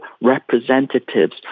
representatives